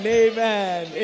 amen